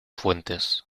fuentes